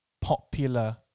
popular